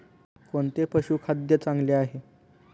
कोणते पशुखाद्य चांगले आहे?